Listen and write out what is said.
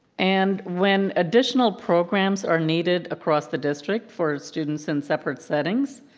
and when additional programs are needed across the district for students in separate settings